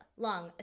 long